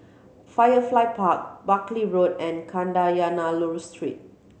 Firefly Park Buckley Road and Kadayanallur Street